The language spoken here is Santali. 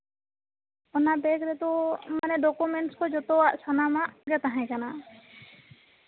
ᱚᱱᱟ ᱵᱮᱜᱽ ᱨᱮᱫᱚ ᱢᱟᱱᱮ ᱰᱳᱠᱳᱢᱮᱱᱴᱥ ᱠᱚ ᱡᱷᱚᱛᱣᱟᱜ ᱥᱟᱱᱟᱢᱟᱜ ᱜᱮ ᱛᱟᱦᱮ ᱠᱟᱱᱟ